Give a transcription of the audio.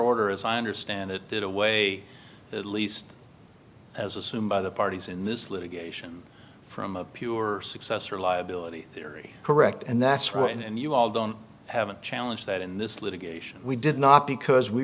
order as i understand it did away at least as assumed by the parties in this litigation from a pure successor liability theory correct and that's right and you all don't have a challenge that in this litigation we did not because we